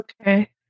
Okay